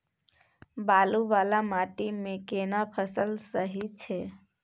बालू वाला माटी मे केना फसल सही छै?